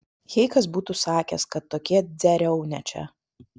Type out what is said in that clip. jei kas būtų sakęs kad tokie dzeriaunia čia